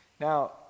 Now